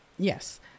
yes